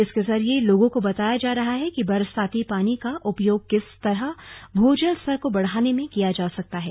इसके जरिए लोगों को बताया जा रहा है कि बरसाती पानी का उपयोग किस तरह भूजल स्तर को बढ़ाने में किया जा सकता है